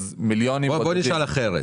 אז מיליונים בודדים --- בוא נשאל אחרת.